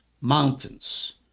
mountains